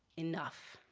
enough.